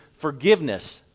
forgiveness